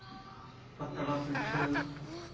ᱯᱟᱛᱲᱟ ᱯᱤᱴᱷᱟᱹ